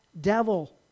devil